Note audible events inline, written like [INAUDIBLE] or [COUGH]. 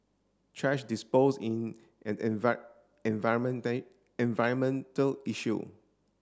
thrash dispose in an [UNINTELLIGIBLE] environment day environmental issue